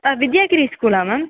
ஆ வித்யாகிரி ஸ்கூல்லா மேம்